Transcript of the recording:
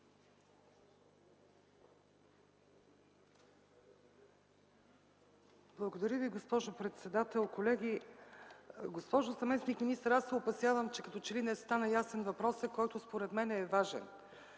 Благодаря Ви, госпожо председател. Колеги! Госпожо заместник-министър, аз се опасявам, че като че ли не стана ясен въпросът, който, според мен, е важен,